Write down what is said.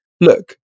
look